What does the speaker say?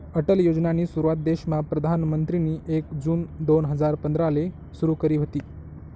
अटल योजनानी सुरुवात देशमा प्रधानमंत्रीनी एक जून दोन हजार पंधराले सुरु करी व्हती